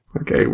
Okay